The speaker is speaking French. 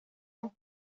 ans